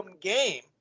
game